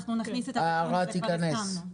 אנחנו נכניס את התיקון שכבר הסכמנו עליו,